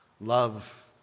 love